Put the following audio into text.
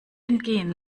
entgehen